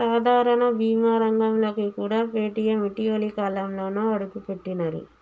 సాధారణ బీమా రంగంలోకి కూడా పేటీఎం ఇటీవలి కాలంలోనే అడుగుపెట్టినరు